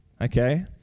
okay